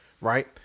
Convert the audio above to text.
right